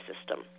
system